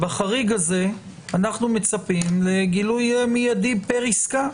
בחריג הזה אנחנו מצפים לגילוי מידי פר עסקה,